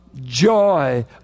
joy